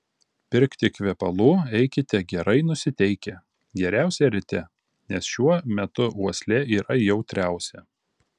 pirkti kvepalų eikite gerai nusiteikę geriausia ryte nes šiuo metu uoslė yra jautriausia